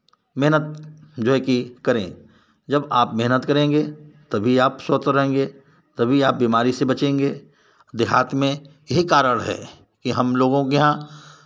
मेहनत जो है कि करें जब आप मेहनत करेंगे तभी आप स्वस्थ रहेंगे तभी आप बीमारी से बचेंगे देहात में यही कारण है कि हम लोगों के यहाँ